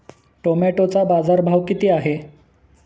टोमॅटोचा बाजारभाव किती आहे?